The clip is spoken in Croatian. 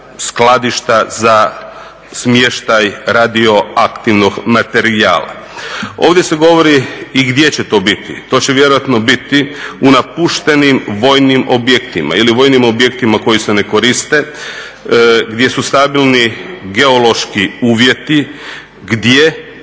skladišta za smještaj radioaktivnog materijala. Ovdje se govori i gdje će to biti. To će vjerojatno biti u napuštenim vojnim objektima ili vojnim objektima koji se ne koriste, gdje su stabilni geološki uvjeti,